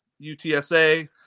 UTSA